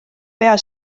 pea